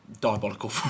diabolical